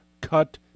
cut